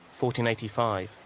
1485